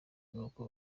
n’uko